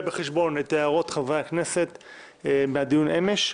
בחשבון את הערות חברי הכנסת מהדיון אמש.